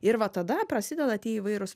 ir va tada prasideda tie įvairūs